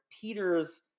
Peter's